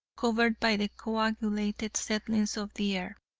covered by the coagulated settlings of the air,